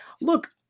look